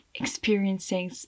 Experiencing